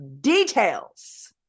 details